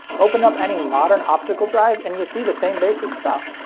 open up any modern optical drive and you see the same basic stuff.